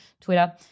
Twitter